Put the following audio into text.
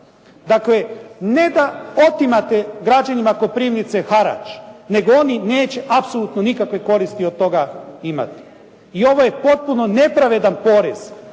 Dakle, ne da otimate građanima Koprivnice harač, nego oni neće apsolutno nikakve koristi od toga imati. I ovo je potpuno nepravedan porez,